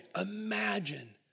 imagine